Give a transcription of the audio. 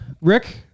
Rick